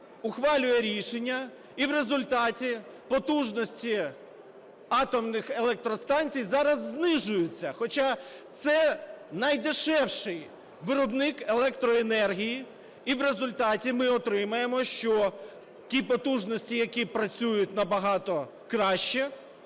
ухвалює рішення, і в результаті потужності атомних електростанцій зараз знижуються, хоча це найдешевший виробник електроенергії. І в результаті ми отримаємо, що ті потужності, які працюють набагато краще,